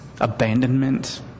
abandonment